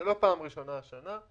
זה לא פעם ראשונה השנה.